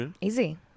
easy